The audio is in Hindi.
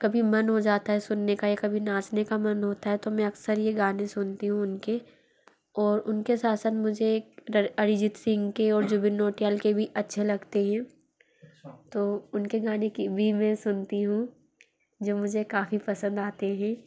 कभी मन हो जाता हे सुनने का या कभी नाचने का मन होता हे तो मैं अक्सर ये गाने सुनती हूँ उनके और उनके साथ साथ मुझे एक डर अरीजीत सिंग के और जुबिन नौटियाल के भी अच्छे लगते हें तो उनके गाने को भी मैं सुनती हूँ जो मुझे काफ़ी पसंद आते हें